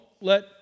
let